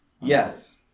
Yes